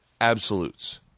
absolutes